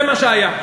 זה מה שהיה.